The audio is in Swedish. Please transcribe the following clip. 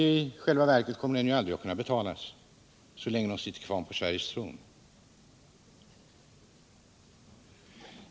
I själva verket kommer ”skulden” aldrig att kunna betalas så länge den familjen sitter kvar på Sveriges tron.